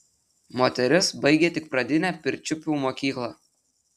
moteris baigė tik pradinę pirčiupių mokyklą